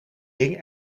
hing